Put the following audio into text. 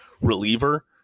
reliever